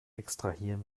extrahieren